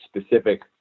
specific